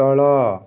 ତଳ